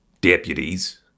deputies